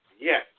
Yes